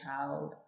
child